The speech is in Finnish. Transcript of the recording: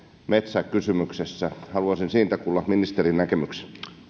metsäkysymyksessä siitä haluaisin kuulla ministerin näkemyksen